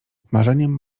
marzeniem